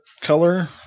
color